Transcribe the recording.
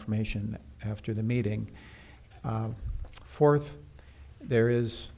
information after the meeting forth there is